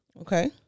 okay